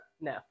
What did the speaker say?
no